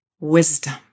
wisdom